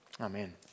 Amen